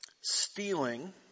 Stealing